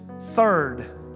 third